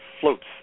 floats